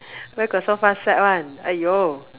where got so fast sweat [one] !aiyo!